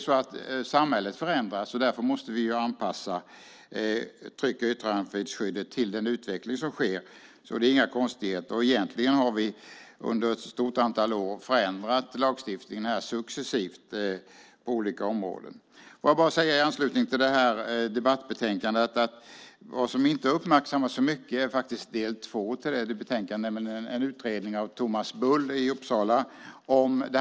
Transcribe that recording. Samhället förändras, därför måste vi anpassa tryck och yttrandefrihetsskyddet till den utveckling som sker. Det är inga konstigheter. Egentligen har vi under ett stort antal år successivt förändrat lagstiftningen på olika områden. I anslutning till det här debattbetänkandet vill jag säga att något som inte har uppmärksammats så mycket är del två, nämligen en utredning av Thomas Bull i Uppsala.